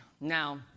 Now